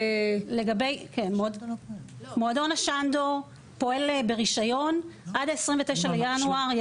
מועדון השנדו פועל ברישיון עד ה-29 בינואר.